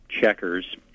checkers